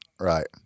Right